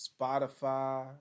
Spotify